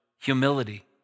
humility